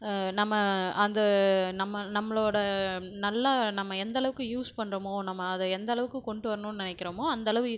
நம்ம அந்த நம்ம நம்மளோட நல்லா நம்ம எந்த அளவுக்கு யூஸ் பண்ணுறமோ நம்ம அதை எந்த அளவுக்கு கொண்டுட்டு வரணும்னு நினைக்கிறமோ அந்தளவு